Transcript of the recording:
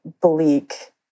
bleak